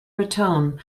raton